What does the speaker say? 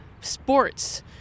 sports